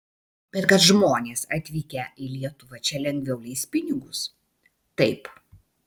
bet kad žmonės atvykę į lietuvą čia lengviau leis pinigus taip